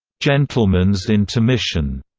gentleman's intermission,